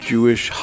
Jewish